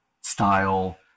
style